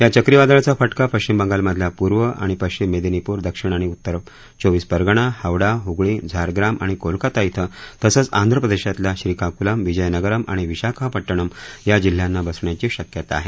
या चक्रीवादळाचा फटका पश्चिम बंगालमधल्या पूर्व आणि पश्चिम मेदिनीपूर दक्षिण आणि उत्तर चोवीस परगणा हावडा हुगळी झाख्राम आणि कोलकाता कें तसंच आंध्र प्रदेशातल्या श्रीकाकुलम विजयनगरम आणि विशाखापट्टणम या जिल्ह्यांना बसण्याची शक्यता आहे